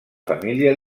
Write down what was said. família